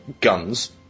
guns